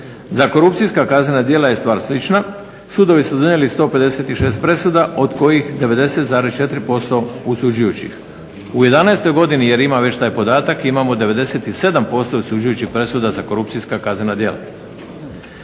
Za korupcijska kaznena djela je stvar slična, sudovi su donijeli 156 presuda od kojih 90,4% osuđujućih. U '11. godini, jer imam već taj podatak, imamo 97% osuđujućih presuda za korupcijska kaznena djela.